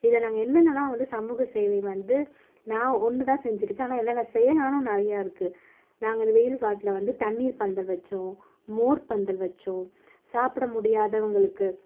இதில் நாங்கள் என்னென்னலாம் வந்து சமூக சேவை வந்து நான் ஒன்றுதான் செஞ்சிருக்கேன் ஆனால் என்னென்ன செய்யலாம்னு நிறையா இருக்குது நாங்கள் இந்த வெயில் காலத்தில் வந்து தண்ணீர் பந்தல் வச்சோம் மோர் பந்தல் வச்சோம் சாப்பிட முடியாதவங்களுக்கு